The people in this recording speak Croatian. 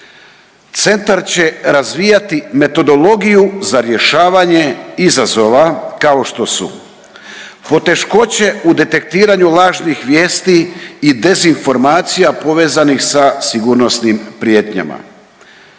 Centar će razvijati metodologiju za rješavanje izazova kao što su poteškoće u detektiranju lažnih vijesti i dezinformacija povezanih sa sigurnosnim prijetnjama,